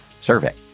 survey